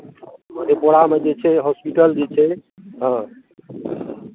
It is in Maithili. मधेपुरामे जे छै होस्पिटल जे छै हँ